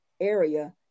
area